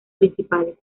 principales